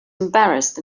embarrassed